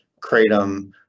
kratom